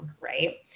Right